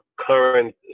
current